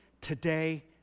today